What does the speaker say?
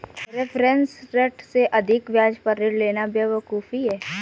reference rate से अधिक ब्याज पर ऋण लेना बेवकूफी है